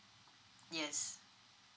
yes